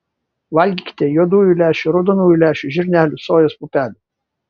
valgykite juodųjų lęšių raudonųjų lęšių žirnelių sojos pupelių